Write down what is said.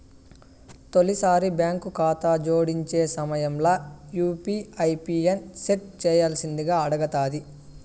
తొలిసారి బాంకు కాతాను జోడించే సమయంల యూ.పీ.ఐ పిన్ సెట్ చేయ్యాల్సిందింగా అడగతాది